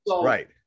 right